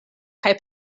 kaj